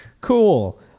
Cool